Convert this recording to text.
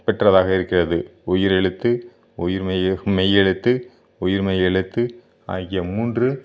பெற்றதாக இருக்கிறது உயிர் எழுத்து உயிர்மெய் மெய் எழுத்து உயிர்மெய் எழுத்து ஆகிய மூன்று